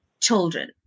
children